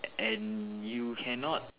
and you cannot